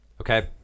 okay